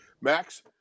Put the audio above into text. Max